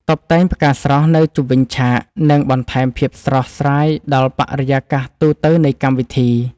តុបតែងផ្កាស្រស់នៅជុំវិញឆាកនឹងបន្ថែមភាពស្រស់ស្រាយដល់បរិយាកាសទូទៅនៃកម្មវិធី។